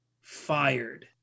fired